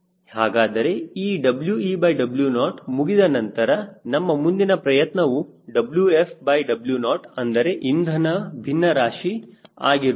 ಹಾಗಾದರೆ ಈ WeW0 ಮುಗಿದ ನಂತರ ನಮ್ಮ ಮುಂದಿನ ಪ್ರಯತ್ನವು WfW0 ಅಂದರೆ ಇಂಧನ ಭಿನ್ನರಾಶಿ ಆಗಿರುತ್ತದೆ